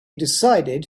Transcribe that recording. decided